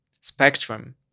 spectrum